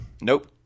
Nope